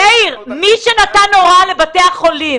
מאיר, מי שנתן הוראה לבתי החולים